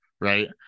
right